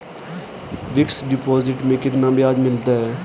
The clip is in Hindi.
फिक्स डिपॉजिट में कितना ब्याज मिलता है?